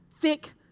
thick